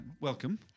Welcome